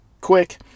quick